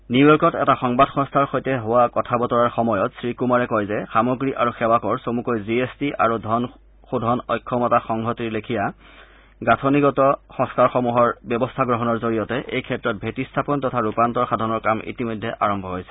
নিউয়ৰ্কত এটা সংবাদ সংস্থাৰ সৈতে হোৱা কথা বতৰাৰ সময়ত শ্ৰীকুমাৰে কয় যে সামগ্ৰী আৰু সেৱা কৰ চমুকৈ জি এছ টি আৰু ধন শোধন অক্ষমতা সংহিতাৰ লেখিয়া গাঁথনিগত সংস্কাৰসমূহৰ ব্যৱস্থা গ্ৰহণৰ জৰিয়তে এই ক্ষেত্ৰত ভেটি স্থাপন তথা ৰূপান্তৰ সাধনৰ কাম ইতিমধ্যে আৰম্ভ হৈছে